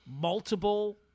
multiple